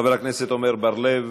חבר הכנסת עמר בר-לב,